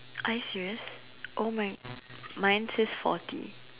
are you serious oh mine mine says forty